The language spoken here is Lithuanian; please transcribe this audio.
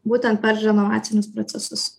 būtent per renovacinius procesus